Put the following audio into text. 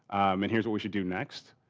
and here's what we should do next.